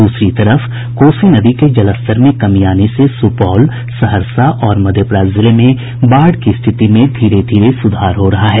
दूसरी तरफ कोसी नदी के जलस्तर में कमी आने से सुपौल सहरसा और मधेपुरा जिले में बाढ़ की स्थिति में धीरे धीरे सुधार हो रहा है